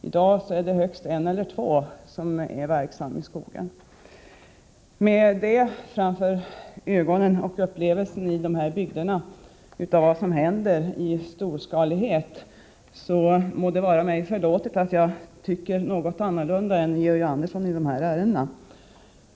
I dag är det högst en eller två som är verksamma i skogen på den platsen. Med detta framför ögonen och mot bakgrund av upplevelserna av vad som händer i fråga om storskalighet i de här bygderna må det vara mig förlåtet att jag tycker annorlunda än Georg Andersson i de här ärendena.